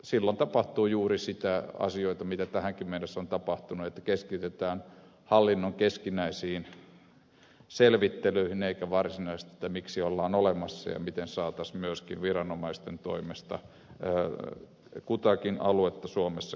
silloin tapahtuu juuri niitä asioita mitä tähänkin mennessä on tapahtunut että keskitytään hallinnon keskinäisiin selvittelyihin eikä varsinaisesti siihen miksi ollaan olemassa ja miten saataisiin myöskin viranomaisten toimesta kutakin aluetta suomessa kehitettyä